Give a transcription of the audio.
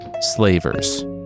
slavers